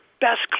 best